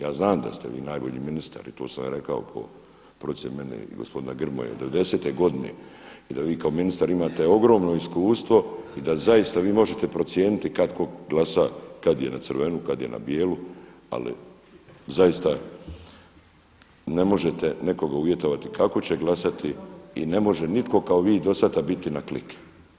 Ja znam da ste vi najbolji ministar i to sam ja rekao po procjeni mene i gospodina Grmoje od 90-te godine i da vi kao ministar imate ogromno iskustvo i da zaista vi možete procijeniti kad tko glasa kad je na crvenu, kad je na bijelu ali zaista ne možete nekoga uvjetovati kako će glasati i ne može nitko kao vi do sada biti na klik.